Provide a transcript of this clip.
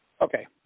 Okay